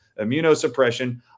immunosuppression